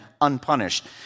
unpunished